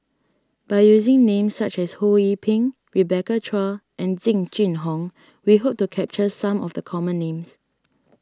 by using names such as Ho Yee Ping Rebecca Chua and Jing Jun Hong we hope to capture some of the common names